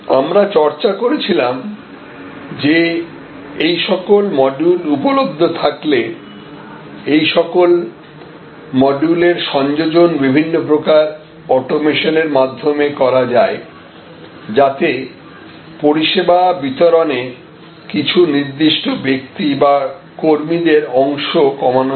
আমরা চর্চা করেছিলাম যে এই সকল মডিউল উপলব্ধ থাকলে এই সকল মডিউলের সংযোজন বিভিন্ন প্রকার অটোমেশনের মাধ্যমে করা যায় যাতে পরিষেবা বিতরণে নির্দিষ্ট ব্যক্তি বা কর্মীদের অংশ কমানো যায়